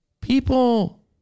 People